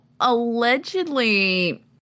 allegedly